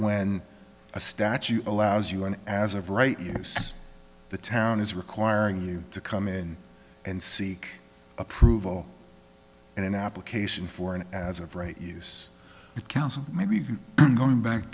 when a statute allows you an as of right use the town is requiring you to come in and seek approval in an application for an as of right use it counsel may be going back